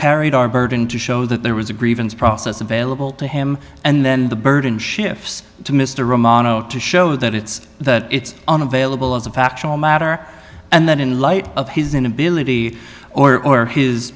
carried our burden to show that there was a grievance process available to him and then the burden shifts to mr romano to show that it's that it's available as a factual matter and that in light of his inability or